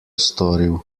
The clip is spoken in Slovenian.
storil